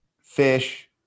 fish